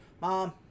Mom